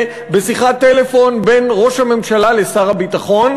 בשיחת טלפון בין ראש הממשלה לשר הביטחון,